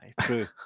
true